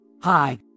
Hi